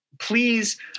please